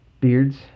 beards